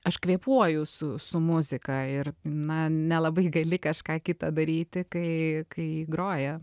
aš kvėpuoju su su muzika ir na nelabai gali kažką kitą daryti kai kai groja